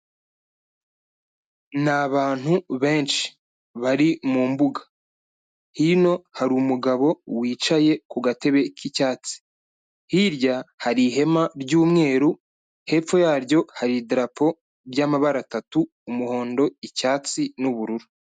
Ni abantu benshi bari mu mbuga, hino hari umugabo wicaye ku gatebe k'icyatsi, hirya hari ihema ry'umweru, hepfo yaryo hari idarapo ry'amabara atatu, umuhondo, icyatsi n'ubururu.